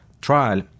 trial